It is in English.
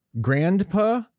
Grandpa